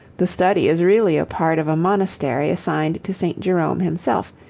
the study is really a part of a monastery assigned to st. jerome himself,